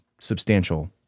substantial